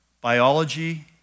biology